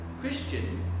Christian